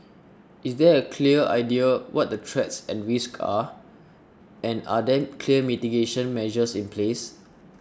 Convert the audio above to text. is there a clear idea what the threats and risks are and are there clear mitigation measures in place